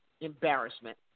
embarrassment